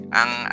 ang